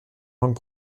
langue